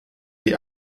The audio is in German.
die